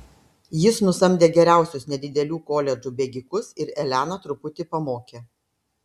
jis nusamdė geriausius nedidelių koledžų bėgikus ir eleną truputį pamokė